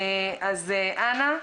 אז אנא,